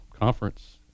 conference